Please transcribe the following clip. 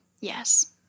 Yes